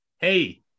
hey